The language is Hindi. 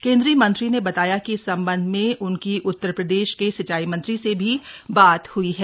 केंद्रीय मंत्री ने बताया कि इस संबंध में उनकी उत्तर प्रदेश के सिंचाई मंत्री से भी बात हुई है